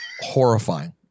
horrifying